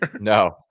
No